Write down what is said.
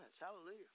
hallelujah